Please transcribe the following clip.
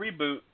reboot